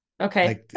Okay